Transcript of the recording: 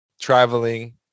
traveling